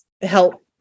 help